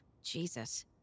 Jesus